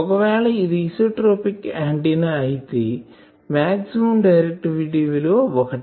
ఒకవేళ ఇది isotropic antenna అయితే మాక్సిమం డైరెక్టివిటీ విలువ 1